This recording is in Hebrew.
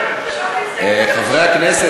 חברי הכנסת,